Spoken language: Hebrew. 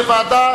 לוועדה?